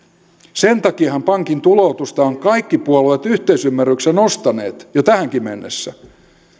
sen takiahan pankin tuloutusta ovat kaikki puolueet yhteisymmärryksessä nostaneet jo tähänkin mennessä